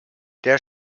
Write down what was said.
der